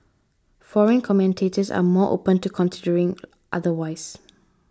foreign commentators are more open to considering otherwise